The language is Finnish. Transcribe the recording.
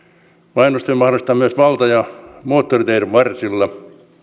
mainostaminen mahdollistetaan myös valta ja moottoriteiden varsilla